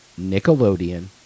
Nickelodeon